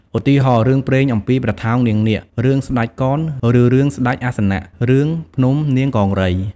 ឧទាហរណ៍ រឿងព្រេងអំពីព្រះថោងនាងនាគ រឿងស្តេចកន ឬរឿងស្តេចអាសនៈ រឿងភ្នំនាងកង្រី ។